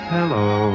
Hello